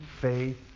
Faith